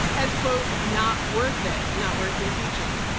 as so not worth it. not worth impeaching.